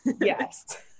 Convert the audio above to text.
yes